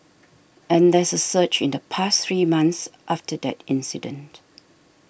and there's a surge in the past three months after that incident